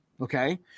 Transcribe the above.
okay